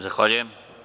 Zahvaljujem.